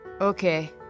Okay